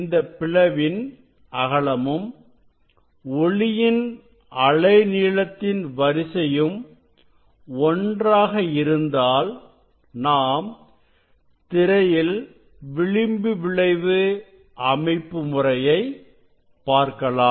இந்த பிளவின் அகலமும் ஒளியின் அலைநீளத்தின் வரிசையும் ஒன்றாக இருந்தால் நாம் திரையில் விளிம்பு விளைவு அமைப்புமுறையை பார்க்கலாம்